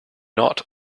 not